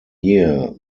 year